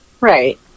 Right